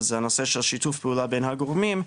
זה נושא של שיתוף פעולה בין הגורמים,